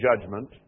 judgment